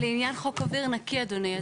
האמת שזה לעניין חוק אוויר נקי אדוני,